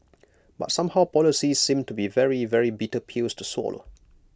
but somehow policies seem to be very very bitter pills to swallow